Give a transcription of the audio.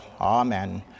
Amen